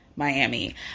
Miami